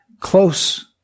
close